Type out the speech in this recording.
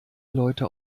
leute